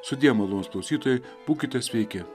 sudie malonūs klausytojai būkite sveiki